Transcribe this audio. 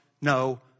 no